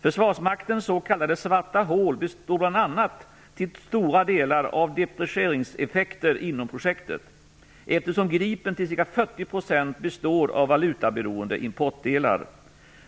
Försvarsmaktens s.k. svarta hål består bl.a. till stora delar av deprecieringseffekter inom projektet, eftersom Gripen till ca 40 % består av valutaberoende importdelar.